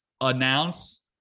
announce